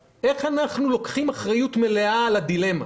לוקחים אחריות מלאה על הדילמה.